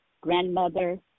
grandmother